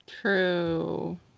True